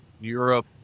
Europe